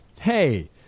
Hey